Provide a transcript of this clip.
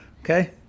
Okay